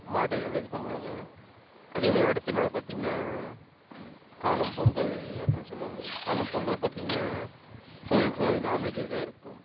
மாட்டை நல்லா இது பண்ணுவாங்க அதே மாதிரி அடுத்த நாள் பார்த்திங்கனா காணும் பொங்கல் அப்படினு சொல்வாங்க காணும் பொங்கல் பார்த்திங்கனா ஃபுல்லன் ஃபுல்லாகவே நான்வெஜ்ஜாகதான் இருக்கும்